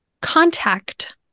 Contact